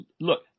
Look